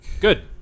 Good